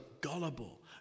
gullible